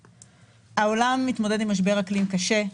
העולם מתמודד עם משבר אקלים קשה,